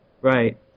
right